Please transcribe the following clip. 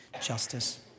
justice